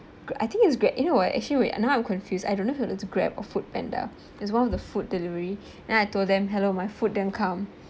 ko~ I think it's great you know what actually wait now I'm confused I don't know whether it's Grab or Foodpanda it's one of the food delivery then I told them hello my food didn't come